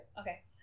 Okay